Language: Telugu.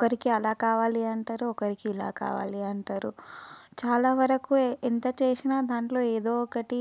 ఒకరికి అలా కావాలి అంటారు ఒకరికి ఇలా కావాలి అంటారు చాలా వరకు ఎంత చేసినా దాంట్లో ఏదో ఒకటి